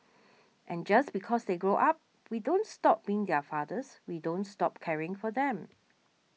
and just because they grow up we don't stop being their fathers we don't stop caring for them